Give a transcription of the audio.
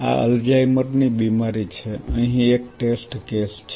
આ અલ્ઝાઇમરની બીમારી છે અહીં એક ટેસ્ટ કેસ છે